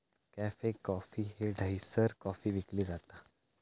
cafe Coffee Day हयसर coffee विकली जाता